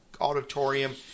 auditorium